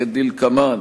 כדלקמן: